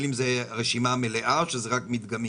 אם זאת רשימה מלאה או שזה רק מדגמי.